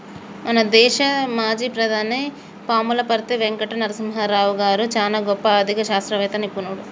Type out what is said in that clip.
మన దేశ మాజీ ప్రధాని పాములపర్తి వెంకట నరసింహారావు గారు చానా గొప్ప ఆర్ధిక శాస్త్ర నిపుణుడు